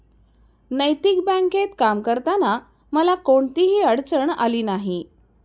नैतिक बँकेत काम करताना मला कोणतीही अडचण आली नाही